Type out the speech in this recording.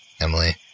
Emily